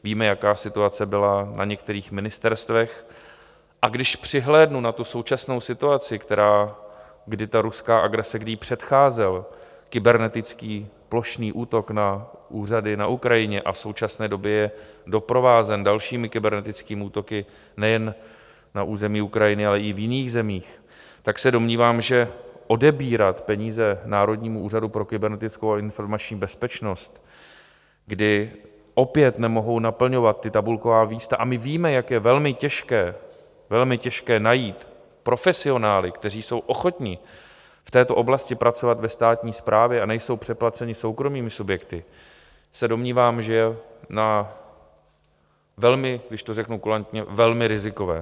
Víme, jaká situace byla na některých ministerstvech a když přihlédnu k současné situaci, kdy ruská agrese, kdy jí předcházel kybernetický plošný útok na úřady na Ukrajině, a v současné době je doprovázen dalšími kybernetickými útoky nejen na území Ukrajiny, ale i v jiných zemích, tak se domnívám, že odebírat peníze Národnímu úřadu pro kybernetickou a informační bezpečnost, kdy opět nemohou naplňovat tabulková místa, a my víme, jak je velmi těžké, velmi těžké najít profesionály, kteří jsou ochotni v této oblasti pracovat ve státní správě a nejsou přeplaceni soukromými subjekty, se domnívám, že je velmi, když to řeknu kulantně, velmi rizikové.